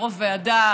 יו"ר הוועדה,